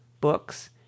books